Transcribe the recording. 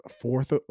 fourth